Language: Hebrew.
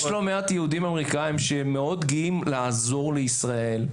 יש לא מעט יהודים אמריקאים שהם מאוד גאים לעזור לישראל.